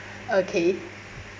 okay